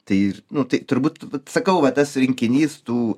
tai nu tai turbūt sakau va tas rinkinys tų